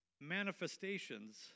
manifestations